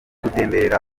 gutemberera